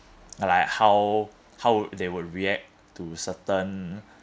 like how how they will react to certain